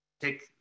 take